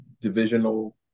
divisional